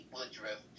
Woodruff